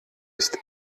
ist